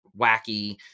wacky